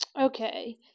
Okay